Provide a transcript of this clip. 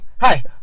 Hi